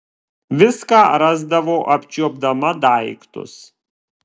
viską rasdavo apčiuopdama daiktus